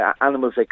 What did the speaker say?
animals